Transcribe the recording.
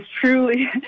truly